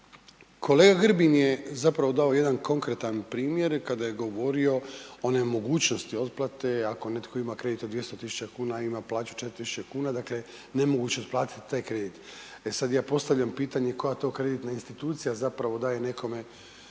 Kolega Grbin je zapravo dao jedan konkretan primjer, kada je govorio o nemogućnosti otplate, ako netko ima kredit od 200 tisuća kuna, a ima plaću 4 tisuće kuna, dakle, nemoguće je otplatiti taj kredit. E sad, ja postavljam pitanje koja to kreditna institucija zapravo daje nekome